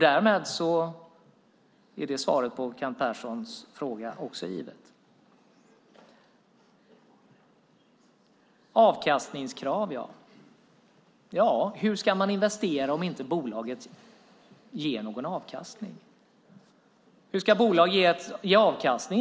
Därmed är svaret på Kent Perssons fråga också givet. När det gäller avkastningskraven kan man fråga sig hur man ska investera om inte bolaget ger någon avkastning. Hur ska bolaget ge avkastning?